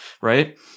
Right